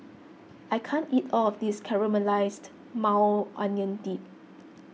I can't eat all of this Caramelized Maui Onion Dip